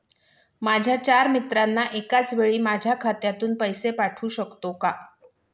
माझ्या चार मित्रांना एकाचवेळी माझ्या खात्यातून पैसे पाठवू शकतो का?